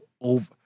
over